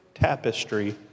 tapestry